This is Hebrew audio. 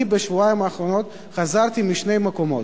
אני בשבועיים האחרונים חזרתי משני מקומות,